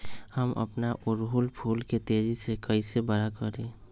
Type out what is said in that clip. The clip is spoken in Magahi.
हम अपना ओरहूल फूल के तेजी से कई से बड़ा करी?